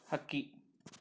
ಹಕ್ಕಿ